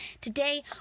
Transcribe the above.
today